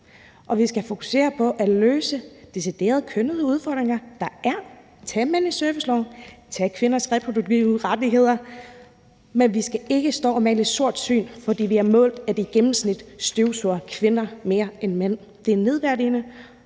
vi skal fokusere på at løse de decideret kønnede udfordringer, der er. Tag mænd i serviceloven, tag kvinders reproduktive rettigheder. Men vi skal ikke stå og male et sortsyn op, fordi vi har målt, at i gennemsnit støvsuger kvinder mere end mænd. Det er nedværdigende,